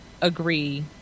agree